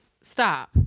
stop